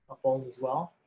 phones as well,